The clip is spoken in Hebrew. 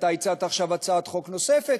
ואתה הצעת עכשיו הצעת חוק נוספת.